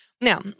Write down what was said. Now